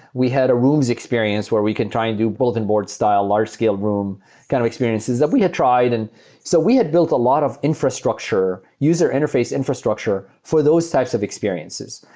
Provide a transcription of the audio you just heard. we had a rooms' experience where we can try and do bulletin board style, large-scale room kind of experiences that we had tried. and so we had built a lot of infrastructure, user interface infrastructure, for those types of experiences.